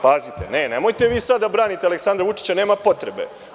Pazite, nemojte sada da branite Aleksandra Vučića, nema potrebe.